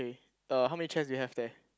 okay uh how many chairs you have there